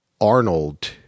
Arnold